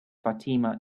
fatima